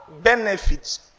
benefits